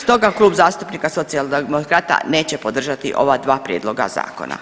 Stoga Klub zastupnika Socijaldemokrata neće podržati ova dva prijedloga zakona.